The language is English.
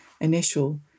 initial